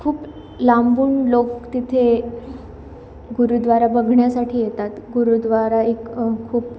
खूप लांबून लोक तिथे गुरुद्वारा बघण्यासाठी येतात गुरुद्वारा एक खूप